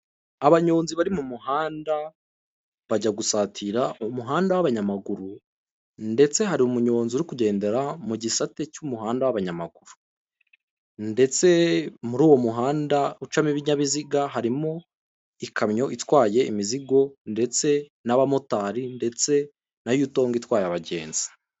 Abanyonzi bari mu muhanda, bajya gusatira umuhanda w'abanyamaguru, ndetse hari umunyonzi uri kugendera mu gisate cy'umuhanda w'abanyamaguru, ndetse muri uwo muhanda ucamo ibinyabiziga harimo ikamyo itwaye imizigo ndetse n'abamotari, ndetse na yutungo itwaye abagenzi.